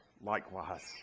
likewise